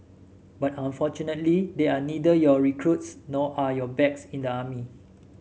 but unfortunately they are neither your recruits nor are you backs in the army